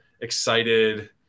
excited